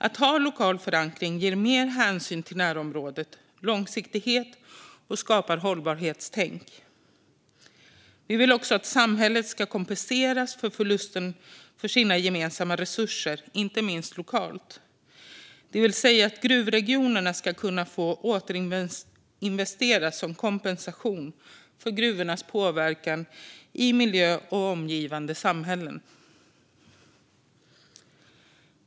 Att ha lokal förankring ger mer hänsyn till närområdet, det ger mer långsiktighet och det skapar ett hållbarhetstänk. Vi vill också att samhället ska kompenseras för förlusten av sina gemensamma resurser, inte minst lokalt, det vill säga att gruvregionerna ska få återinvestera som kompensation för gruvornas påverkan på miljön och på omgivande samhällen.